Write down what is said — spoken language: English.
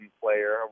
player